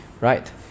Right